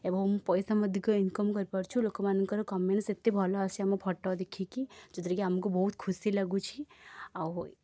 ଏବଂ ପଇସା ମଧ୍ୟ ଇନକମ୍ କରିପାରୁଛୁ ଲୋକମାନଙ୍କର କମେଣ୍ଟସ୍ ଏତେ ଭଲ ଆସୁଛି ଆମ ଫଟୋ ଦେଖିକି ଯେଉଁଥିରେକି ଆମକୁ ବହୁତ ଖୁସି ଲାଗୁଛି ଆଉ